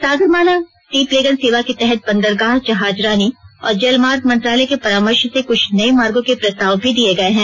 Sagarmala seaplane सेवा के तहत बंदरगाह जहाजरानी और जलमार्ग मंत्रालय के परामर्श से कुछ नये मार्गो के प्रस्ताव भी दिये गये हैं